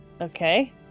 Okay